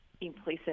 implicit